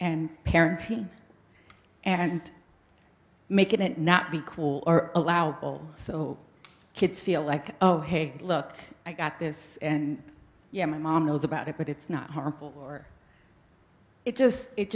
and parenting and making it not be cool are allowed so kids feel like oh hey look i got this and yeah my mom knows about it but it's not harmful or it just it